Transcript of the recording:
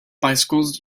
bicycles